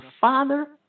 father